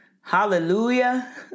hallelujah